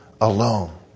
alone